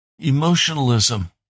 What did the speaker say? emotionalism